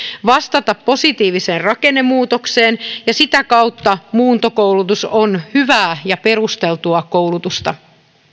vastata positiiviseen rakennemuutokseen ja sitä kautta muuntokoulutus on hyvää ja perusteltua koulutusta